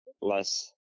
less